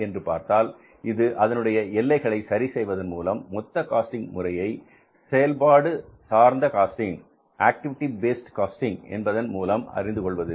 என்று பார்த்தால் இது அதனுடைய எல்லைகளை சரி செய்வதன் மூலம் மொத்த காஸ்டிங் முறையை செயல்பாடு சார்ந்த காஸ்டிங் என்பதன் மூலம் அறிந்து கொள்வது